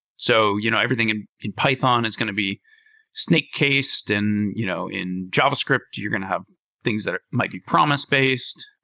so you know everything in in python is going to be snake case. and you know in javascript, you're going to have things that might be promise-based.